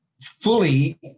fully